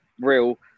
real